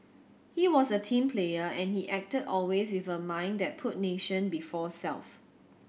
he was a team player and he acted always with a mind that put nation before self